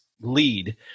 lead